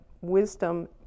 wisdom